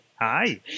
Hi